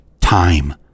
Time